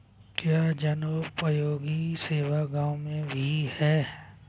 क्या जनोपयोगी सेवा गाँव में भी है?